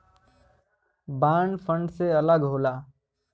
bond fund से अलग होला